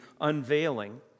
unveiling